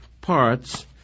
parts